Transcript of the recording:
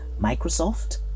Microsoft